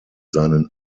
seinen